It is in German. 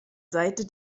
seite